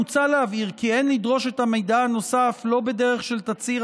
מוצע להבהיר כי אין לדרוש את המידע הנוסף בדרך של תצהיר,